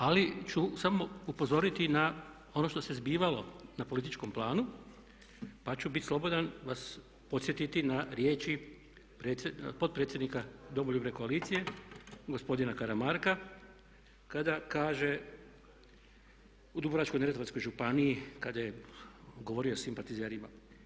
Ali ću samo upozoriti na ono što se zbivalo na političkom planu, pa ću bit slobodan vas podsjetiti na riječi potpredsjednika Domoljubne koalicije, gospodina Karamarka kada kaže u Dubrovačko neretvanskoj županiji kada je govorio o simpatizerima.